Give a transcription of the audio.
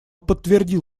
подтвердил